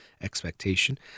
expectation